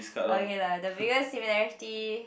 okay lah the biggest similarity